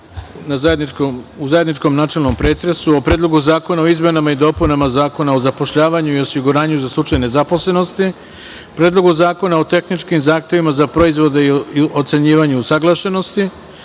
u zajedničkom načelnom pretresu o Predlogu zakona o izmenama i dopunama Zakona o zapošljavanju i osiguranju za slučaj nezaposlenosti, Predlogu zakona o tehničkim zahtevima za proizvode i ocenjivanjuusaglašenosti,